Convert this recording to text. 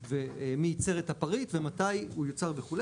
ומי ייצר את הפריט ומתי הוא יוצר וכו',